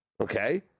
Okay